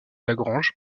lagrange